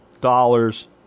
dollars